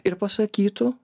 ir pasakytų